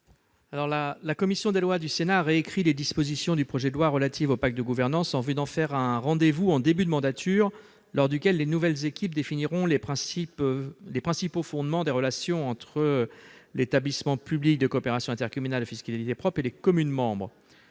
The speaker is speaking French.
La commission des lois du Sénat a réécrit les dispositions du projet de loi relatives au pacte de gouvernance en vue d'en faire un rendez-vous en début de mandature, lors duquel les nouvelles équipes définiront les principaux fondements des relations entre l'établissement public de coopération intercommunale à fiscalité propre et les communes membres.